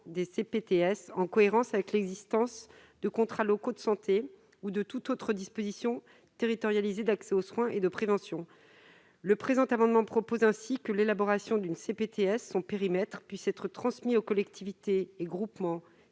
des CPTS, en cohérence avec l'existence de contrats locaux de santé ou de tout autre dispositif territorialisé d'accès aux soins et de prévention. Le présent amendement tend ainsi à proposer que, lors de l'élaboration d'une CPTS, son périmètre puisse être transmis aux collectivités et aux groupements